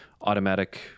automatic